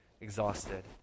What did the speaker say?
exhausted